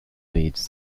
leads